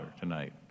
tonight